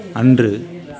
அன்று